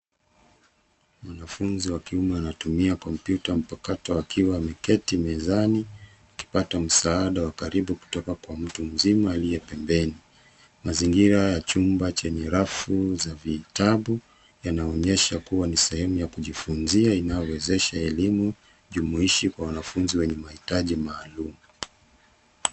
Mwanafunzi wa kiume anatumia kompyuta mpakato akiwa ameketi mezani akipata msaada wa akribu kutoka kwa mtu mzima aliye pembeni. Mazingira ya chumba chenye rafu za vitabu yanaonyesha kuwa ni sehemu ya kujifunzia ya kuwezesha elimu jumuishi kwa wanafunzi wenye mahitaji maalum.